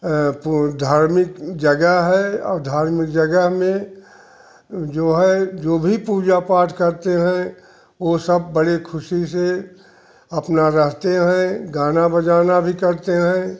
ये पु धार्मिक जगह है और धार्मिक जगह में जो है जो भी पूजा पाठ करते हैं और सब बड़े ख़ुशी से अपना रहते हैं गाना बजाना भी करते हैं